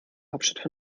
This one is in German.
hauptstadt